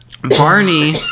Barney